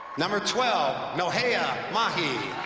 number twelve, nohea mahi.